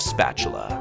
Spatula